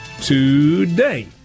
today